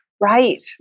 Right